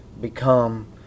become